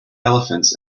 elephants